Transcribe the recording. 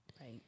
Right